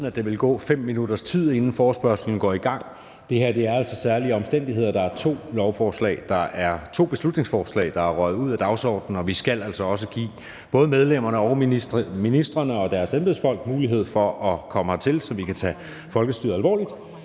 at der ville gå en 5 minutters tid, inden forespørgslen gik i gang. Men der er her tale om særlige omstændigheder, da der er to beslutningsforslag, der er røget ud af dagsordenen, og vi skal altså også give både medlemmerne og ministrene og deres embedsfolk mulighed for at komme hertil, så vi kan tage folkestyret alvorligt.